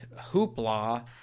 hoopla